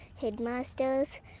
headmasters